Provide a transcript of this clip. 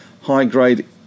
high-grade